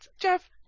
Jeff